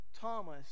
thomas